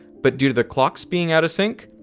but due to the clocks being out of sync,